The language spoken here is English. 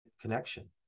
connection